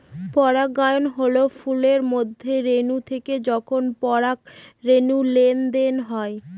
পরাগায়ন হল ফুলের মধ্যে রেনু থেকে যখন পরাগরেনুর লেনদেন হয়